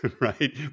right